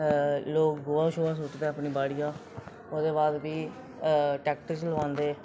लोग गोहा शोहा सु'ट्टदे अपनी बाड़िया ओह्दे बाद फ्ही टैक्टर चलोआंदे